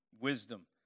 wisdom